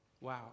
wow